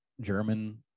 German